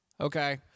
Okay